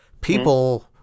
people